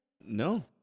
No